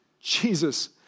Jesus